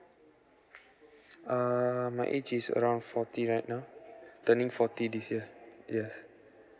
err my age is around forty right now turning forty this year yes